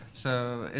so, in